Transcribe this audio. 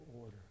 order